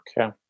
Okay